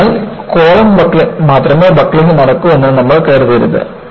അതിനാൽ കോളം മാത്രമേ ബക്ക്ലിംഗ് നടക്കൂ എന്ന് നമ്മൾ കരുതരുത്